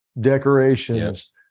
decorations